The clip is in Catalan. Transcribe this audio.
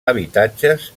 habitatges